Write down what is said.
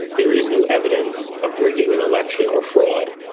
there is no evidence of rigging an election or fraud.